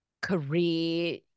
career